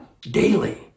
daily